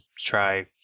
try